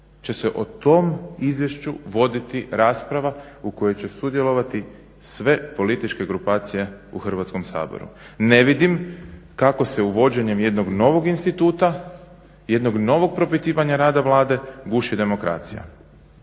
će se o tom izvješću voditi rasprava u kojoj će sudjelovati sve političke grupacije u Hrvatskom saboru. ne vidim kako se uvođenjem jednog novog instituta, jednog novog propitivanja rada Vlade guši demokracija.